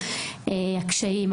הקשיים,